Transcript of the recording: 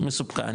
מסוכן,